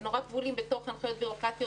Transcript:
כבולים בתוך הנחיות בירוקרטיות.